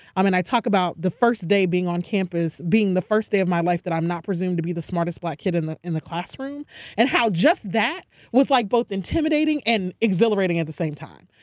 and i talk about the first day being on campus, being the first day of my life that i'm not presumed to be the smartest black kid in the in the classroom and how just that was like both intimidating and exhilarating at the same time.